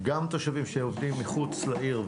גם תושבים שעובדים מחוץ לעיר,